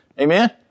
Amen